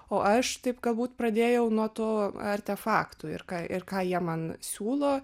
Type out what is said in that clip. o aš taip galbūt pradėjau nuo tų artefaktų ir ką ir ką jie man siūlo